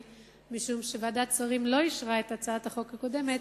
משום שוועדת שרים לא אישרה את הצעת החוק הקודמת.